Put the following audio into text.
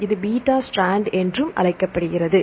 இது beta strand என்றும் அழைக்கப்படுகிறது